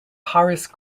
horace